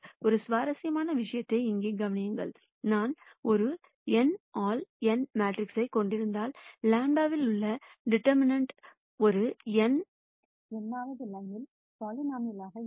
ஒரு சுவாரஸ்யமான விஷயத்தை இங்கே கவனியுங்கள் நான் ஒரு n ஆல் n மேட்ரிக்ஸைக் கொண்டிருந்தால் λ இல் உள்ள டீடெர்மினன்ட் ஒரு n வது லைன்சை பலினோமினல் இருக்கும்